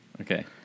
Okay